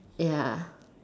ya